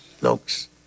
looks